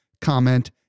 comment